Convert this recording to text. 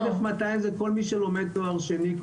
1,200 זה כל מי שלומד תואר שני.